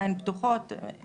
בוקר טוב לכולן ולכולם.